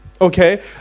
Okay